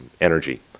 energy